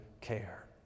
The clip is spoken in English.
care